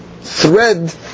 thread